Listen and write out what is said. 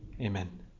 amen